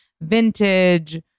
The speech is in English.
vintage